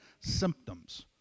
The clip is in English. symptoms